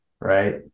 right